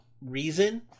reason